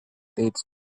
dates